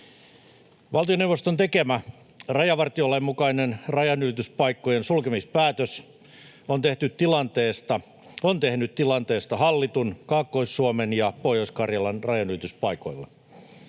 Valtioneuvoston tekemä rajavartiolain mukainen rajanylityspaikkojen sulkemispäätös on tehnyt tilanteesta hallitun Kaakkois-Suomen ja Pohjois-Karjalan rajanylityspaikoilla.